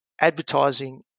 advertising